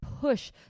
push